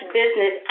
business